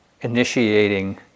initiating